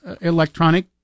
electronic